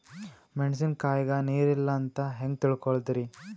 ಮೆಣಸಿನಕಾಯಗ ನೀರ್ ಇಲ್ಲ ಅಂತ ಹೆಂಗ್ ತಿಳಕೋಳದರಿ?